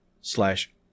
slash